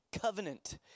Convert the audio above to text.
covenant